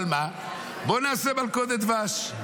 אבל מה, בוא נעשה מלכודת דבש.